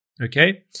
okay